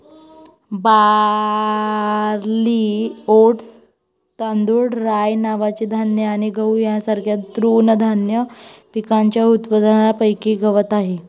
barley, oats, तांदूळ, rye नावाचे धान्य आणि गहू यांसारख्या तृणधान्य पिकांच्या उत्पादनापैकी गवत आहे